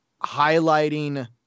highlighting